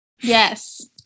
Yes